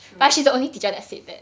true